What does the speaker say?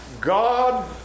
God